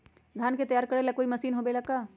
धान के तैयार करेला कोई मशीन होबेला का?